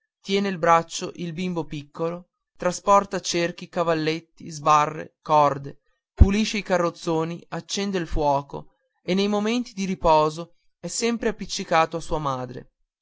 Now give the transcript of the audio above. tiene in braccio il bimbo piccolo trasporta cerchi cavalletti sbarre corde pulisce i carrozzoni accende il fuoco e nei momenti di riposo è sempre appiccicato a sua madre